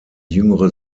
jüngere